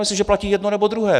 Myslím, že platí jedno, nebo druhé.